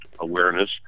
Awareness